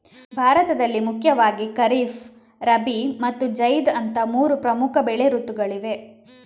ಭಾರತದಲ್ಲಿ ಮುಖ್ಯವಾಗಿ ಖಾರಿಫ್, ರಬಿ ಮತ್ತು ಜೈದ್ ಅಂತ ಮೂರು ಪ್ರಮುಖ ಬೆಳೆ ಋತುಗಳಿವೆ